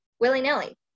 willy-nilly